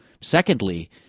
secondly